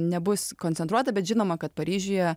nebus koncentruota bet žinoma kad paryžiuje